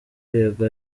yego